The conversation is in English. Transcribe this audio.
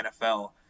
nfl